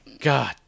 God